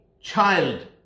child